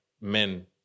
men